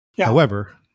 However-